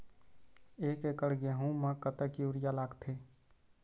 एक एकड़ गेहूं म कतक यूरिया लागथे?